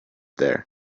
there